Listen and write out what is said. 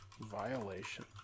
Violation